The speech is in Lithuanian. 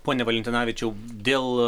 pone valentinavičiau dėl